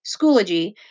Schoology